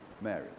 Mary